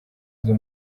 izo